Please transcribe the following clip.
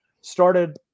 started